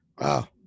Wow